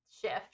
shift